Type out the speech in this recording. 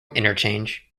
interchange